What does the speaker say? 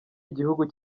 igihugu